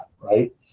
right